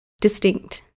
distinct